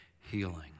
healing